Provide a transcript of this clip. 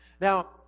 Now